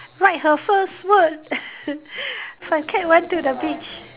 write her first word my cat went to the beach